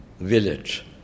village